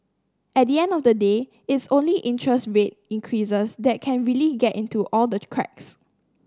at the end of the day it's only interest rate increases that can really get into all the cracks